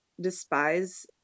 despise